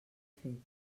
fet